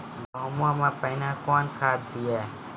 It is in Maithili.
गेहूँ पहने कौन खाद दिए?